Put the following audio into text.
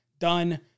done